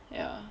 ya